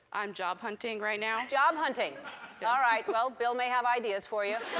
i'm job hunting right now. job hunting? all right. well, bill may have ideas for you.